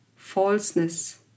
Falseness